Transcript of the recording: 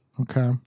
Okay